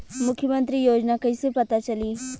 मुख्यमंत्री योजना कइसे पता चली?